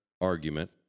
argument